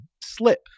slip